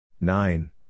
Nine